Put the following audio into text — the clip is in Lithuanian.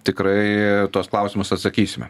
tikrai tuos klausimus atsakysime